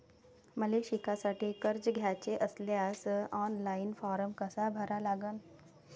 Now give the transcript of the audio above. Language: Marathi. मले शिकासाठी कर्ज घ्याचे असल्यास ऑनलाईन फारम कसा भरा लागन?